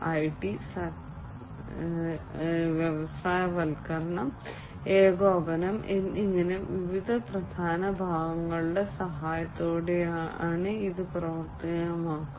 IT എന്നിങ്ങനെ വിവിധ പ്രധാന ഭാഗങ്ങളുടെ സഹായത്തോടെ ഇത് പ്രവർത്തനക്ഷമമാക്കും